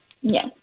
Yes